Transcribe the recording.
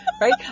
right